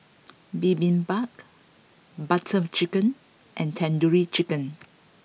Bibimbap Butter Chicken and Tandoori Chicken